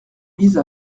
vise